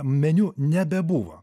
meniu nebebuvo